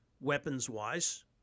weapons-wise